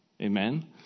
Amen